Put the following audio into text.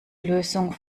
lösung